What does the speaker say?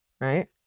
Right